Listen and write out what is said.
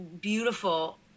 beautiful